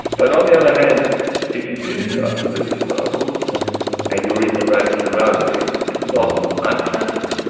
but on the other hand if you do start to lose your marbles and you're in the right surroundings, it's not unpleasant.